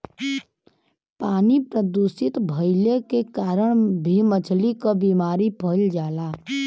पानी प्रदूषित भइले के कारण भी मछली क बीमारी फइल जाला